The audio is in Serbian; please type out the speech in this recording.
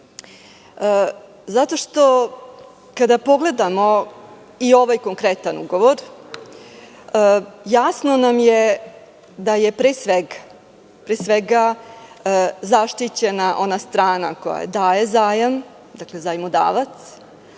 Srbija. Kada pogledamo i ovaj konkretan ugovor, jasno nam je da je pre svega zaštićena ona strana koja daje zajam, dakle zajmodavac,